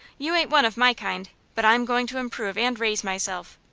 you ain't one of my kind, but i'm going to improve and raise myself.